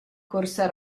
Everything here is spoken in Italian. corsa